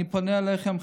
אני פונה אליכם,